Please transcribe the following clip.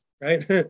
right